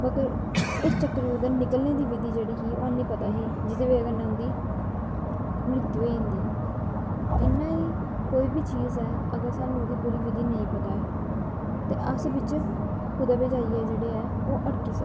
व उस चक्करव्यू दी निकलने दी विधि नेंई पता ही जेह्दी बज़ा कन्नै उंदी मृत्यू होई जंदी इयां गै कोई बी चीज़ ऐ अगर ओह्दी पूरी विधि नेंई पता ऐ ते अस बिच्च कुदै जाईयै जेह्ड़े ऐ ओह् अड़की सकने